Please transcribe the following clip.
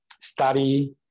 study